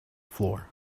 floor